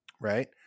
right